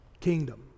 kingdom